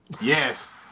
yes